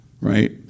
Right